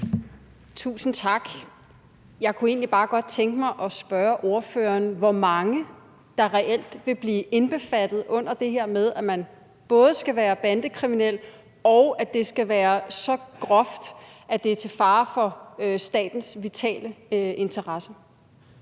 Tusind tak. Jeg kunne egentlig bare godt tænke mig at spørge ordføreren, hvor mange der reelt vil blive indbefattet under det her med, at man både skal være bandekriminel, og at det skal være så groft, at det er til fare for statens vitale interesser.